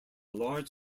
large